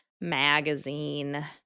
Magazine